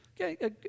Okay